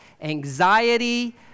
anxiety